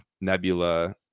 Nebula